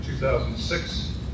2006